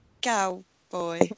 cowboy